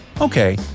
Okay